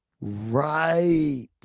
right